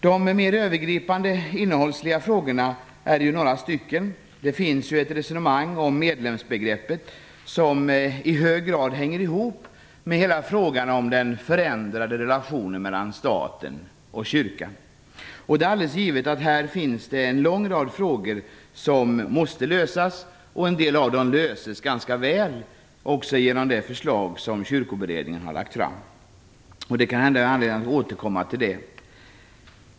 Det finns några mer övergripande innehållsliga frågor. Det finns ett resonemang om medlemsbegreppet som i hög grad hänger ihop med hela frågan om den förändrade relationen mellan staten och kyrkan. Det är alldeles givet att det finns en lång rad problem som måste lösas. En del av dem löses ganska väl genom de förslag som Kyrkoberedningen har lagt fram. Det kan hända att jag får anledning att återkomma till detta.